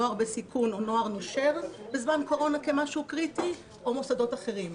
נוער בסיכון או נוער נושר בזמן קורונה כמשהו קריטי או מוסדות אחרים?